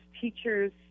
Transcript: teachers